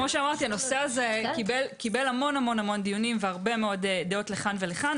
הנושא הזה קיבל המון דיונים והמון דעות כאן ולכאן.